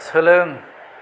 सोलों